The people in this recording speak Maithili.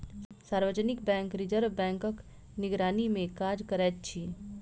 सार्वजनिक बैंक रिजर्व बैंकक निगरानीमे काज करैत अछि